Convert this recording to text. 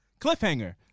Cliffhanger